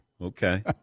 okay